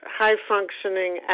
high-functioning